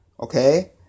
okay